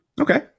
Okay